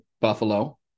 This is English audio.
Buffalo